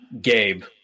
Gabe